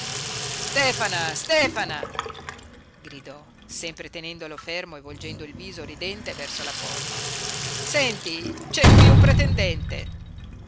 stefana stefana gridò sempre tenendolo fermo e volgendo il viso ridente verso la porta senti c'è qui un pretendente